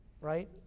Right